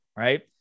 right